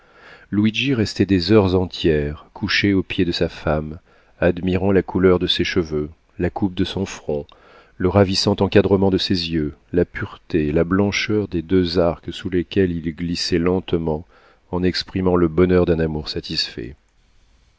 restait des heures entières couché aux pieds de sa femme admirant la couleur de ses cheveux la coupe de son front le ravissant encadrement de ses yeux la pureté la blancheur des deux arcs sous lesquels ils glissaient lentement en exprimant le bonheur d'un amour satisfait